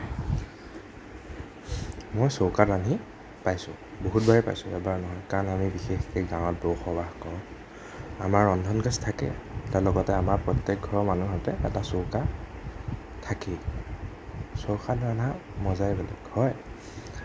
মই চৌকাত ৰান্ধি পাইছোঁ বহুত বাৰেই পাইছোঁ এবাৰ নহয় কাৰণ আমি বিশেষকৈ গাঁৱত বসবাস কৰোঁ আমাৰ ৰন্ধন গেছ থাকে তাৰ লগতে আমাৰ প্ৰত্যেক ঘৰ মানুহতে এটা চৌকা থাকেই চৌকাত ৰন্ধা মজাই বেলেগ হয়